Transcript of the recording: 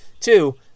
Two